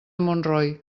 montroi